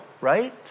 right